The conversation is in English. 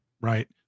Right